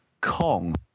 Kong